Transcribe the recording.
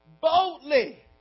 boldly